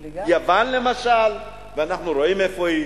יוון, למשל, ואנחנו רואים איפה היא,